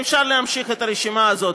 ואפשר להמשיך את הרשימה הזאת.